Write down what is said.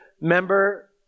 member